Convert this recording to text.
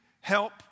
help